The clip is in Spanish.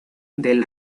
del